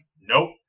Nope